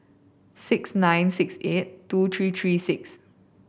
six nine six eight two three three six